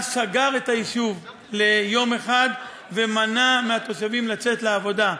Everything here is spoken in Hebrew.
סגר את היישוב ליום אחד ומנע מהתושבים לצאת לעבודה.